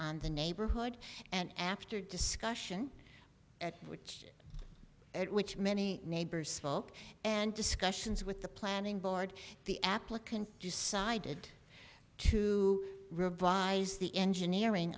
on the neighborhood and after discussion at which at which many neighbors spoke and discussions with the planning board the applicants decided to revise the engineering